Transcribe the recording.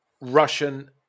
Russian